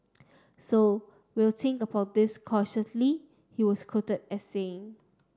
so we'll think about this cautiously he was quoted as saying